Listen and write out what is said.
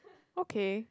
okay